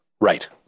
Right